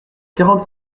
quarante